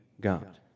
God